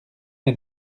mes